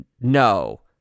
No